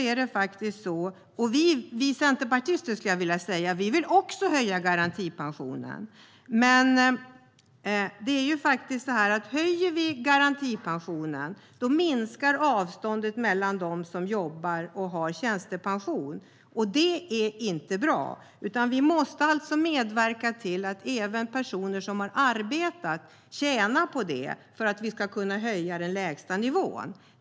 Även vi centerpartister vill höja garantipensionen, men om vi höjer garantipensionen minskar avståndet till dem som jobbar och har tjänstepension, och det är inte bra. För att kunna höja den lägsta nivån måste vi medverka till att också personer som har arbetat tjänar på det.